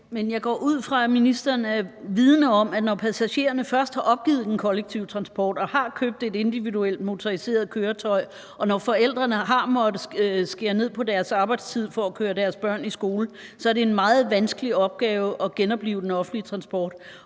jeg går ud fra, at ministeren er vidende om, at når passagererne først har opgivet den kollektive transport og har købt et individuelt motoriseret køretøj og når forældrene har måttet skære ned på deres arbejdstid for at køre deres børn i skole, så er det en meget vanskelig opgave at genoplive den offentlige transport.